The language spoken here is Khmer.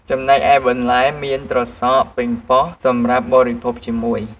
ចំណែកឯបន្លែមាន ត្រសក់ ប៉េងប៉ោះ (សម្រាប់បរិភោគជាមួយ) ។